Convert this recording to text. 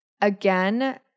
Again